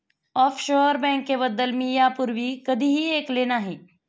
offshore बँकेबद्दल मी यापूर्वी कधीही ऐकले नाही